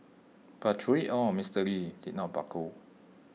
but through IT all Mister lee did not buckle